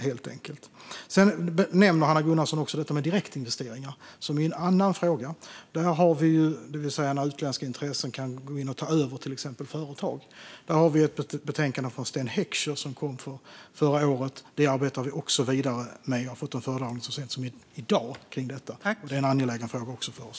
Hanna Gunnarsson nämnde också en annan fråga, direktinvesteringar, det vill säga när utländska intressen kan gå in och ta över till exempel företag. Där har vi ett betänkande från Sten Heckscher som kom förra året och som vi arbetar vidare med. Jag har fått en föredragning om detta så sent som i dag. Det är också en angelägen fråga för oss.